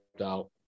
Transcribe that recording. out